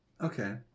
Okay